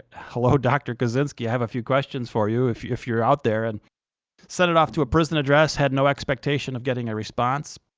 hello dr. kaczynski, i have a few questions for you if if you're out there. and i sent it off to a prison address, had no expectation of getting a response.